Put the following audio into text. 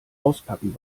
auspacken